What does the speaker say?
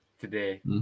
Today